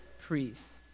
priests